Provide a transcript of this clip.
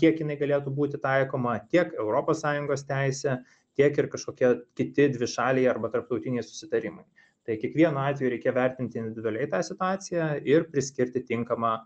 kiek jinai galėtų būti taikoma tiek europos sąjungos teisė tiek ir kažkokie kiti dvišaliai arba tarptautiniai susitarimai tai kiekvienu atveju reikia vertinti individualiai tą situaciją ir priskirti tinkamą